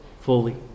fully